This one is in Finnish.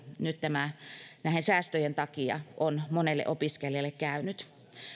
nyt näiden säästöjen takia on monelle opiskelijalle käynyt